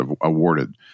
awarded